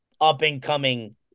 up-and-coming